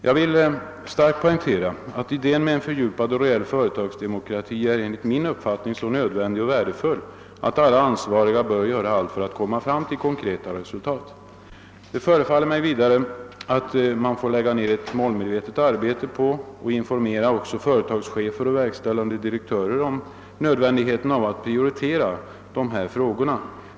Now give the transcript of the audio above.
Jag vill starkt poängtera att idén med en reell och fördjupad företagsdemokrati enligt min uppfattning är så värdefull att alla ansvariga bör göra allt för att nå konkreta resultat. Vidare förefaller det mig att man måste lägga ned ett målmedvetet arbete på — att informera företagschefer och verkställande direktörer om nödvändigheten av — att prioritera dessa frågor.